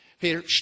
Peter